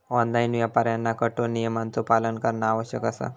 online व्यापाऱ्यांना कठोर नियमांचो पालन करणा आवश्यक असा